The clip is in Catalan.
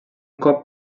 cop